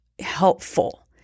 helpful